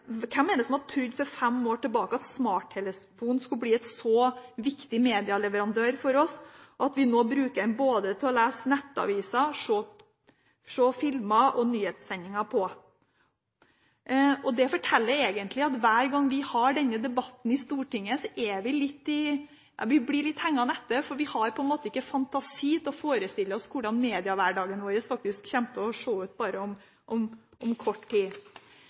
skulle bli en så viktig medieleverandør for oss at vi nå bruker den til både å lese nettaviser og se filmer og nyhetssendinger? Det forteller egentlig at hver gang vi har denne debatten i Stortinget, blir vi hengende litt etter, for vi har på en måte ikke fantasi til å forestille oss hvordan mediehverdagen vår faktisk kommer til å se ut om bare kort tid.